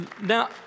Now